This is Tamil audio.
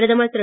பிரதமர் திரு